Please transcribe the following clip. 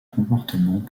comportement